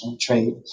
trade